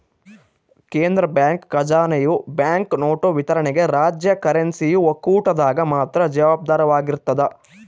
ಕೇಂದ್ರ ಬ್ಯಾಂಕ್ ಖಜಾನೆಯು ಬ್ಯಾಂಕ್ನೋಟು ವಿತರಣೆಗೆ ರಾಜ್ಯ ಕರೆನ್ಸಿ ಒಕ್ಕೂಟದಾಗ ಮಾತ್ರ ಜವಾಬ್ದಾರವಾಗಿರ್ತದ